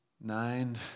nine